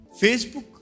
Facebook